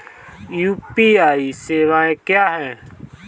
UPI सवायें क्या हैं?